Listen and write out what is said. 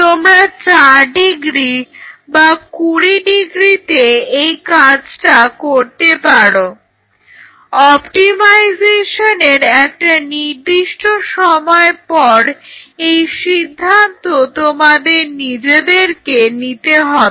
তোমরা 4° বা 20° তে এই কাজটা করতে পারো অপটিমাইজেশনের একটা নির্দিষ্ট সময় পর এই সিদ্ধান্ত তোমাদের নিজেদেরকে নিতে হবে